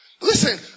Listen